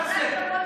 מה זה?